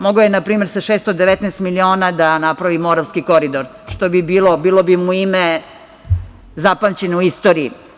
Mogao je npr, sa 619 miliona da napravi Moravski koridor, bilo bi mu ime zapamćeno u istoriji.